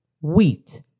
wheat